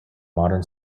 modern